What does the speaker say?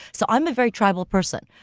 so i'm a very tribal person.